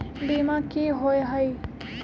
बीमा की होअ हई?